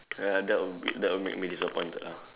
ya that would be that would make me disappointed lah